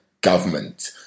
government